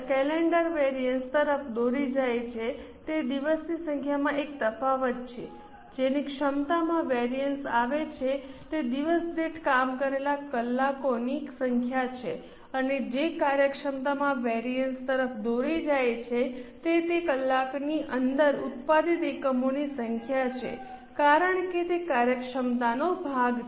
calendar variance તરફ દોરી જાય છે તે દિવસની સંખ્યામાં એક તફાવત છે જેની ક્ષમતામાં વેરિઅન્સ આવે છે તે દિવસ દીઠ કામ કરેલા કલાકોની સંખ્યા છે અને જે કાર્યક્ષમતામાં વેરિઅન્સ તરફ દોરી જાય છે તે તે કલાકની અંદર ઉત્પાદિત એકમોની સંખ્યા છે કારણ કે તે કાર્યક્ષમતાનો ભાગ છે